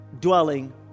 dwelling